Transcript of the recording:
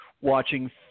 watching